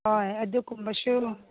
ꯍꯣꯏ ꯑꯗꯨꯀꯨꯝꯕꯁꯨ